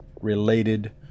related